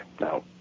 Now